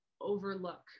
overlook